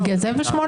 אה, בגלל זה ב-08:00.